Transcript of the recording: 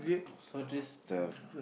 so this the